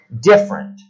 different